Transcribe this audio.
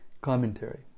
Commentary